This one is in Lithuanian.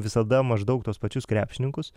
visada maždaug tuos pačius krepšininkus